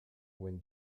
when